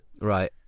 Right